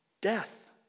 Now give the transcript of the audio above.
death